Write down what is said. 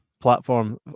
Platform